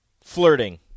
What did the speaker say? Flirting